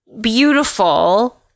beautiful